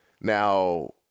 Now